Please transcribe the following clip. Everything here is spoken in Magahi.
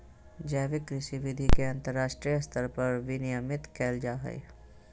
जैविक कृषि विधि के अंतरराष्ट्रीय स्तर पर विनियमित कैल जा हइ